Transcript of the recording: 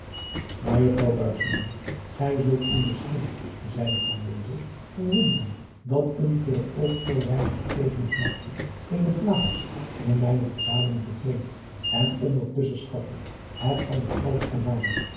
gij zult u misschien zeide van wezel verwonderen dat een voor het oog zoo weinig beteekenend napje eene plaats in mijne verzameling bekleedt en ondertusschen schatik het van de hoogste waarde